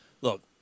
Look